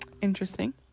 interesting